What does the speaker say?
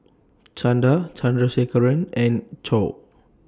Chanda Chandrasekaran and Choor